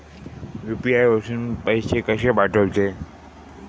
UPI वरसून पैसे कसे पाठवचे?